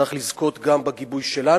צריך לזכות גם בגיבוי שלנו.